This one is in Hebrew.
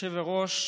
אדוני היושב-ראש,